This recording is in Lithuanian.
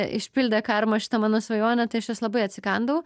išpildė karma šitą mano svajonę tai aš jos labai atsikandau